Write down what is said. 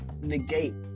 negate